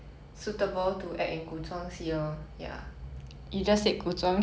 whatever anyways ya my turn to pick a movie